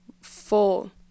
full